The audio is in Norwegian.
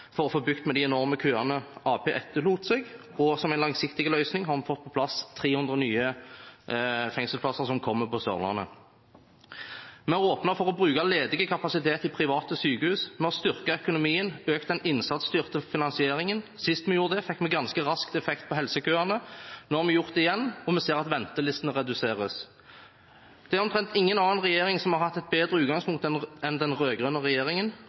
for å få bukt med de enorme køene Arbeiderpartiet etterlot seg, og som en langsiktig løsning har vi fått på plass 300 nye fengselsplasser som kommer på Sørlandet. Vi har åpnet for å bruke ledig kapasitet i private sykehus, vi har styrket økonomien, økt den innsatsstyrte finansieringen. Sist vi gjorde det, fikk det ganske raskt effekt på helsekøene. Nå har vi gjort det igjen, og vi ser at ventelistene reduseres. Det er omtrent ingen annen regjering som har hatt et bedre utgangspunkt enn den rød-grønne regjeringen.